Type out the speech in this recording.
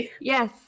Yes